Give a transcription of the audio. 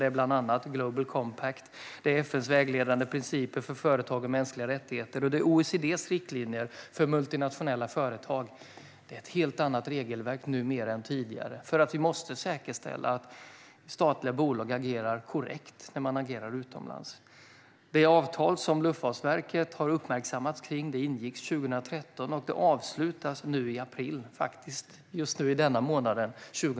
Det är bland annat Global Compact, FN:s vägledande principer för företag och mänskliga rättigheter och OECD:s riktlinjer för multinationella företag. Det är numera ett helt annat regelverk än tidigare. Vi måste säkerställa att statliga bolag agerar korrekt när de agerar utomlands. Det avtal som Luftfartsverket har uppmärksammats för ingicks 2013 och avslutas nu i april 2018, just nu i denna månad.